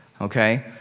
okay